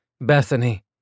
Bethany